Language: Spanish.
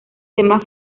temas